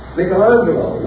Michelangelo